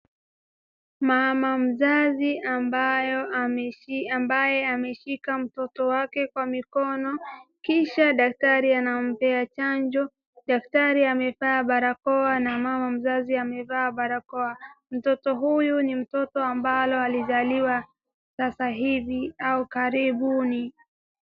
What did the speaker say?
Mama mzazi ambaye ameshika mtoto wake kwa mikono kisha daktari anampea chanjo. Daktari amevaa barakoa na mama mzazi amevaa barakoa. mtoto huyu ni mtoto ambalo alizaliwa sasa hivi au karibuni.